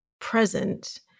present